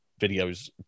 videos